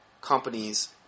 companies